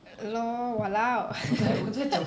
ya lor !walao!